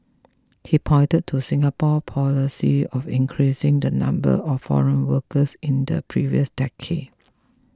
he pointed to Singapore policy of increasing the number of foreign workers in the previous decade